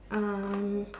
um